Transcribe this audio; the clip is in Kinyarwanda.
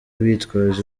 bitwaje